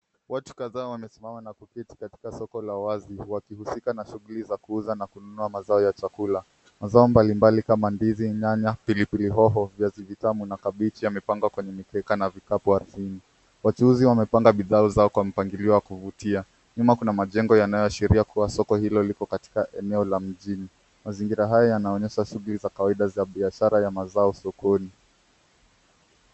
Watu kadhaa wanasimama na kupita katika soko la wazi wakihusika na shughuli za kuuza na kununua mazao ya chakula. Mazao mbalimbali kama ndizi, nyanya, pilipili hoho, viazi vitamu na kabichi yamepangwa kwenye mikeka na vikapu ardhini. Wachuuzi wamepanga mazao yao kwa mpangilio wa kuvutia. Nyuma kuna majengo yanayoashiria kuwa soko hilo liko katika eneo la mjini. Mazingira hayo yanaonyesha shyghuli za kawaida za biashara ya mazao sokoni.